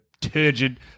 turgid